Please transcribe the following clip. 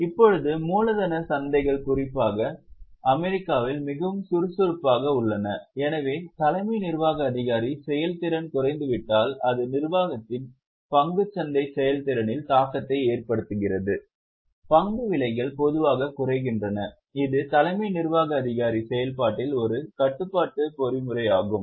இப்போது மூலதனச் சந்தைகள் குறிப்பாக அமெரிக்காவில் மிகவும் சுறுசுறுப்பாக உள்ளன எனவே தலைமை நிர்வாக அதிகாரி செயல்திறன் குறைந்துவிட்டால் அது நிறுவனத்தின் பங்குச் சந்தை செயல்திறனில் தாக்கத்தை ஏற்படுத்துகிறது பங்கு விலைகள் பொதுவாகக் குறைகின்றன இது தலைமை நிர்வாக அதிகாரி செயல்பாட்டில் ஒரு கட்டுப்பாட்டு பொறிமுறையாகும்